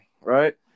right